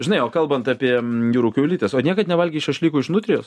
žinai o kalbant apie jūrų kiaulytes o niekad nevalgei šašlykų iš nutrijos